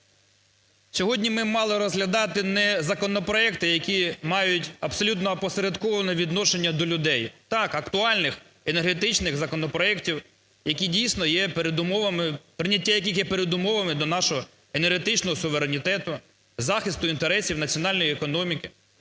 Сьогодні ми б мали розглядати не законопроекти, які мають абсолютно опосередковане відношення до людей. Так, актуальних енергетичних законопроектів, які, дійсно, є передумовами… прийняття яких є передумовами до нашого енергетичного суверенітету, захисту інтересів національної економіки.